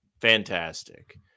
fantastic